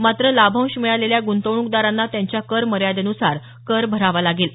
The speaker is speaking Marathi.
मात्र लाभांश मिळालेल्या गुंतवणूकदारांना त्यांच्या कर मर्यादेनुसार कर भरावा लागेल